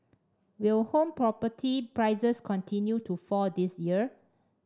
will home property prices continue to fall this year